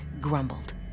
grumbled